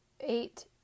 eight